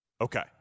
Okay